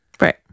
Right